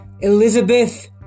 Elizabeth